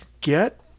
get